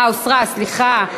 סליחה.